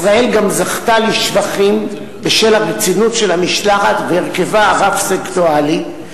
ישראל גם זכתה לשבחים בשל הרצינות של המשלחת והרכבה הרב-סקטוריאלי,